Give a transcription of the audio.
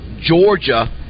Georgia